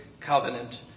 covenant